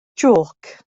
jôc